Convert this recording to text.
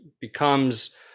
becomes